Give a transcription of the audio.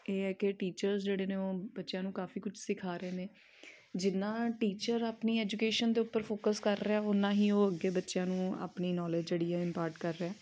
ਇਹ ਹੈ ਕਿ ਟੀਚਰਸ ਜਿਹੜੇ ਨੇ ਉਹ ਬੱਚਿਆਂ ਨੂੰ ਕਾਫ਼ੀ ਕੁਛ ਸਿਖਾ ਰਹੇ ਨੇ ਜਿੰਨਾ ਟੀਚਰ ਆਪਣੀ ਐਜੂਕੇਸ਼ਨ ਦੇ ਉੱਪਰ ਫੋਕਸ ਕਰ ਰਿਹਾ ਉੰਨਾ ਹੀ ਉਹ ਅੱਗੇ ਬੱਚਿਆਂ ਨੂੰ ਆਪਣੀ ਨੌਲੇਜ ਜਿਹੜੀ ਹੈ ਇੰਪਾਰਟ ਕਰ ਰਿਹਾ